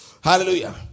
Hallelujah